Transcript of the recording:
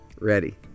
ready